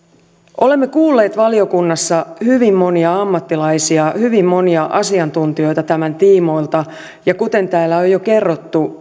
olemme kuulleet valiokunnassa hyvin monia ammattilaisia hyvin monia asiantuntijoita tämän tiimoilta ja kuten täällä on jo kerrottu